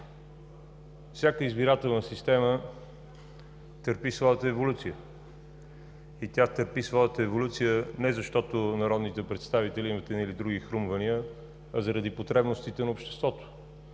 Всяка избирателна система търпи своята еволюция не защото народните представители имат едни или други хрумвания, а заради потребностите на обществото